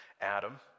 Adam